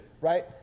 Right